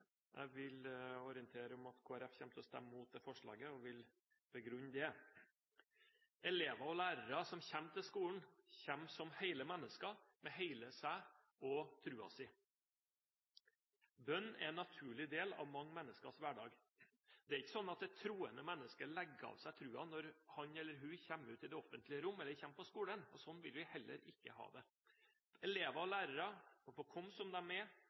Jeg vil orientere om at Kristelig Folkeparti kommer til å stemme imot det forslaget, og jeg vil begrunne det. Elever og lærere som kommer til skolen, kommer som hele mennesker, med hele seg og troen sin. Bønn er en naturlig del av mange menneskers hverdag. Et troende menneske legger ikke av seg troen når han eller hun kommer ut i det offentlige rom eller kommer på skolen – og slik vil vi heller ikke ha det. Elever og lærere må få komme som de er, og møte andre på det grunnlaget. Det er